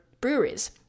breweries